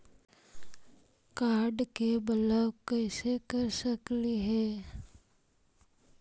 Card के block कैसे कर सकली हे?